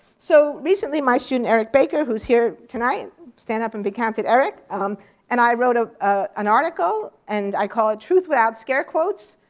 so recently my student, eric baker, who's here tonight stand up and be counted, eric um and i wrote ah ah an article, and i call it truth without scare quotes.